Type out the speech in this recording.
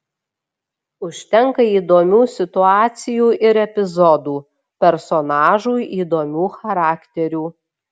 užtenka įdomių situacijų ir epizodų personažų įdomių charakterių